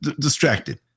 distracted